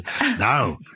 Now